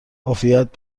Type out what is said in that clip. عافیت